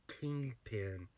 Kingpin